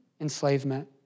enslavement